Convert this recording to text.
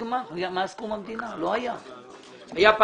מאז קום המדינה, לא הייתה נפילה של גמ"ח.